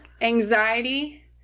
anxiety